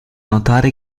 notare